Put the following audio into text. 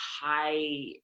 high